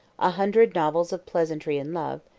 a hundred novels of pleasantry and love,